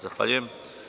Zahvaljujem.